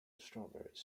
strawberries